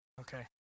Okay